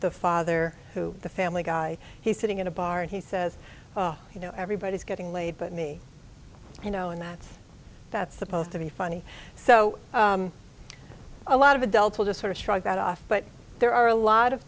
the father who the family guy he's sitting in a bar and he says you know everybody's getting laid but me you know and that's that's supposed to be funny so a lot of adults will just sort of shrug that off but there are a lot of